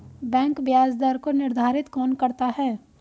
Bank ब्याज दर को निर्धारित कौन करता है?